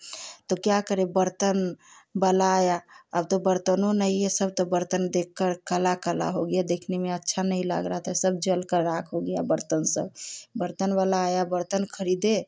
तो क्या करें बर्तन वाला आया अब तो बर्तनो नहीं है सब तो बर्तन देखकर काला काला हो गया देखने में अच्छा नहीं लग रहा था सब जलकर राख हो गया बर्तन सब बर्तन वाला आया बर्तन खरीदे